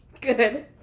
Good